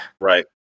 Right